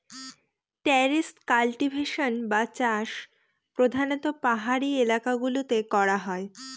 terrace cultivation বা চাষ প্রধানত পাহাড়ি এলাকা গুলোতে করা হয়